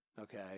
okay